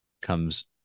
Comes